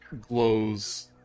glows